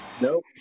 Nope